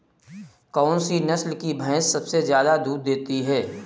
कौन सी नस्ल की भैंस सबसे ज्यादा दूध देती है?